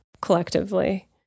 collectively